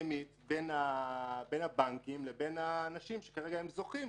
הסכמית בין הבנקים לבין האנשים שהם זוכים,